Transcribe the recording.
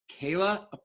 kayla